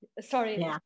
Sorry